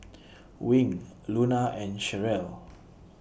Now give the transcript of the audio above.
Wing Luna and Cherelle